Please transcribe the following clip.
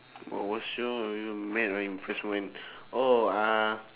oh what sort of I will not mad but I'm impressed moment oh uh